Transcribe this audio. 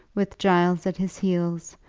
with giles at his heels,